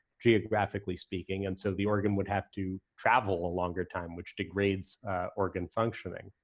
geographically speaking, and so the organ would have to travel a longer time which degrades organ functioning.